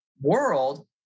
world